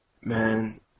Man